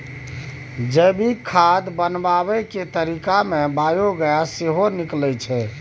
जैविक खाद बनाबै केर तरीका मे बायोगैस सेहो निकलै छै